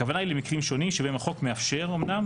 הכוונה היא למקרים שונים שבהם החוק מאפשר אמנם